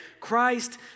Christ